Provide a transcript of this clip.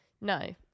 No